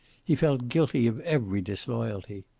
he felt guilty of every disloyalty.